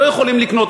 לא יכולים לקנות,